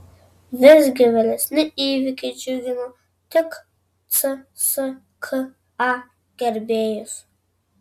visgi vėlesni įvykiai džiugino tik cska gerbėjus